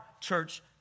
church